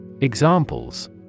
Examples